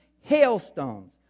hailstones